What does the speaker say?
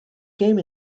came